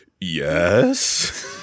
Yes